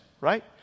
right